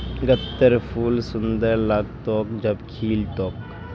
गत्त्रर फूल सुंदर लाग्तोक जब खिल तोक